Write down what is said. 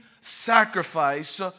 sacrifice